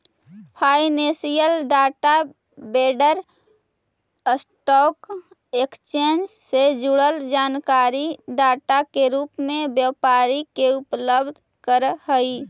financial data vendor stock exchange से जुड़ल जानकारी डाटा के रूप में व्यापारी के उपलब्ध करऽ हई